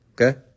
Okay